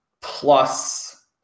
plus